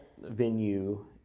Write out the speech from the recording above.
venue